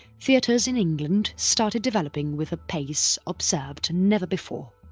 theatres in england started developing with a pace observed never before.